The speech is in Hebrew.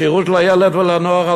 השירות לילד ולנוער,